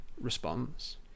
response